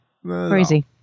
crazy